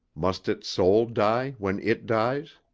must its soul die when it dies?